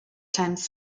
times